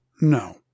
No